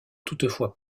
toutefois